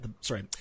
sorry